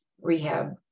rehab